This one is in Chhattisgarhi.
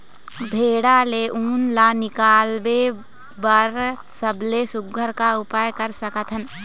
भेड़ा ले उन ला निकाले बर सबले सुघ्घर का उपाय कर सकथन?